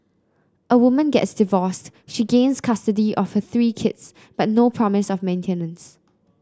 a woman gets divorced she gains custody of her three kids but no promise of maintenance